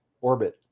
orbit